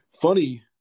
Funny